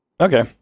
okay